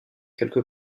quelque